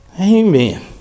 Amen